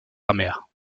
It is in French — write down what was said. amère